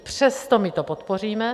Přesto to podpoříme.